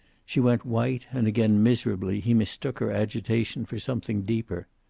she went white and again, miserably, he mistook her agitation for something deeper.